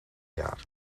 jaar